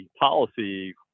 policy